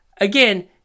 Again